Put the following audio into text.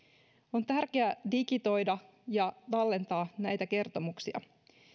on tärkeää digitoida ja tallentaa näitä kertomuksia